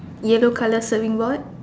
yellow colour serving board